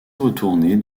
retourner